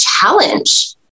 challenge